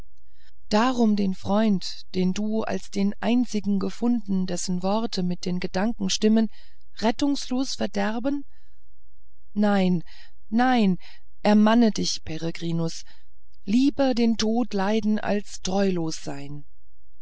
darum den freund den du als den einzigen befunden dessen worte mit den gedanken stimmen rettungslos verderben nein nein ermanne dich peregrinus lieber den tod leiden als treulos sein